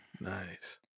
nice